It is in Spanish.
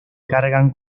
cargan